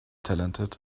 talented